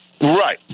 Right